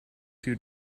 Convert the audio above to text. two